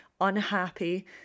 unhappy